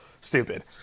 stupid